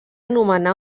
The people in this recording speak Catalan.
nomenar